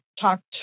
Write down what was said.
talked